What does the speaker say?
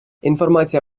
інформація